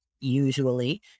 usually